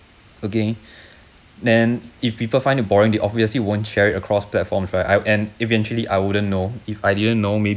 again then if people find it boring they obviously won't share it across platforms right and eventually I wouldn't know if I didn't know maybe